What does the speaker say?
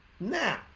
Now